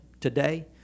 today